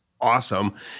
Awesome